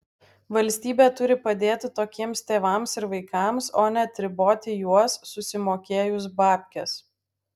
valstybė turi padėti tokiems tėvams ir vaikams o ne atriboti juos susimokėjus babkes